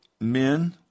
men